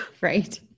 Right